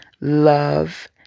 love